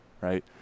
right